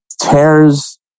tears